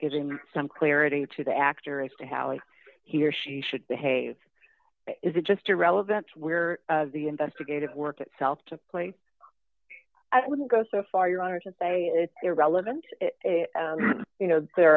in some clarity to the actor as to how is he or she should behave is it just a relevant where the investigative work itself to play i wouldn't go so far your honor to say it's irrelevant you know there